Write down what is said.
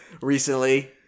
recently